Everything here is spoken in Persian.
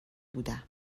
بودم